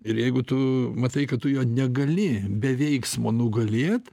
ir jeigu tu matai kad tu jo negali be veiksmo nugalėt